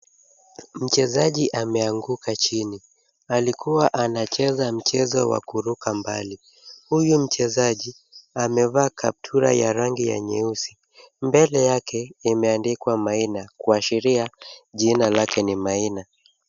Mchezaji ameanguka chini. Alikuwa anacheza mchezo wa kuruka mbali. Huyu mchezaji amevaa kaptura ya rangi ya nyeusi. Mbele yake imeandikwa Maina, kuashiria jina lake ni Maina.